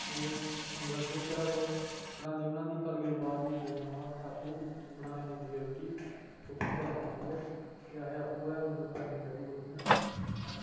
होर घर बी बनांदे ओ होर बनांदे बनांदे कुदै बाहर जाना होऐ ते अस आपूं बनाना पौंदी ऐ रुट्टी कुकिंग करना पौंदी ऐ ते फ्ही असें आपूं गै मतलब करना पौंदी कुकिंग